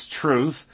truth